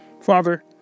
Father